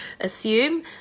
assume